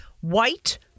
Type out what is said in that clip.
white